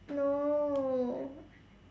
no